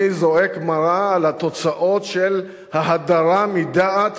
אני זועק מרה על התוצאות של ההדרה מדעת